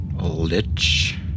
lich